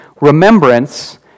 remembrance